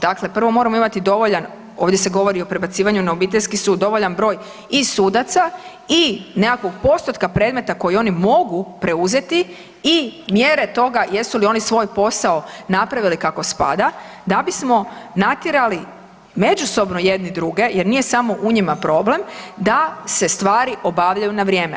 Dakle, prvo moramo imati dovoljan, ovdje se govori o prebacivanju na obiteljski sud, dovoljan broj i sudaca i nekakvog postotka predmeta koji oni mogu preuzeti i mjere toga jesu li oni svoj posao napravili kako spada da bismo natjerali međusobno jedni druge jer nije samo u njima problem da se stvari obavljaju na vrijeme.